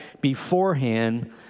beforehand